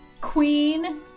Queen